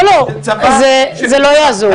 לא, זה לא יעזור.